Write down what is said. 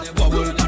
bubble